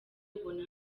ubona